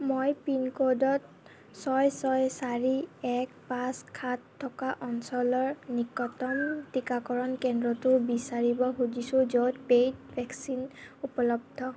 মই পিনক'ডত ছয় ছয় চাৰি এক পাঁচ সাত থকা অঞ্চলৰ নিকটতম টিকাকৰণ কেন্দ্ৰটো বিচাৰিব খুজিছো য'ত পেইড ভেকচিন উপলব্ধ